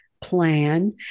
plan